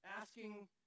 asking